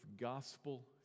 gospel